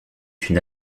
une